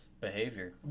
Behavior